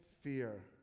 fear